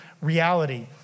reality